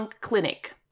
Clinic